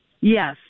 Yes